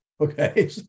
okay